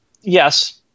Yes